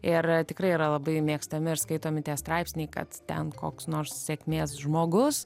ir tikrai yra labai mėgstami ir skaitomi tie straipsniai kad ten koks nors sėkmės žmogus